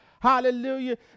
Hallelujah